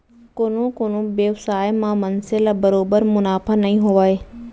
कोनो कोनो बेवसाय म मनसे ल बरोबर मुनाफा नइ होवय